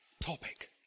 topic